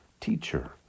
Teacher